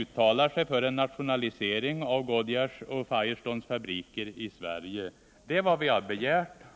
uttalar sig för en nationalisering av Goodyears och Firestones fabriker i Sverige”. Det är vad vi begärt.